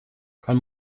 kann